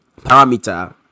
parameter